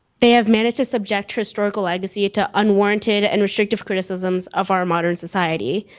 they have managed to subject historical legacy to unwarranted and restrictive criticisms of our modern society.